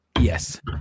yes